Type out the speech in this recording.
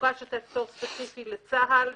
מבוקש לתת ספציפית לצה"ל,